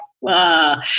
wow